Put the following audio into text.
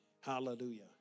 Hallelujah